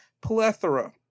plethora